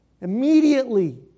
immediately